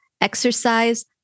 exercise